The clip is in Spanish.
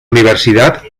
universidad